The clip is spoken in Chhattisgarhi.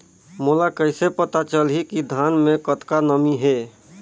मोला कइसे पता चलही की धान मे कतका नमी हे?